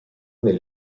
nel